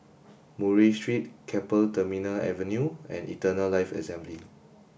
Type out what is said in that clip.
Murray Street Keppel Terminal Avenue and Eternal Life Assembly